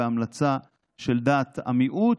וההמלצה של דעת המיעוט,